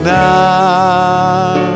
now